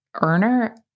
earner